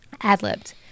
ad-libbed